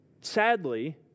Sadly